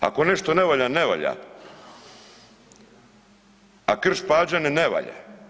Ako nešto ne valja, ne valja, a Krš-Pađene ne valja.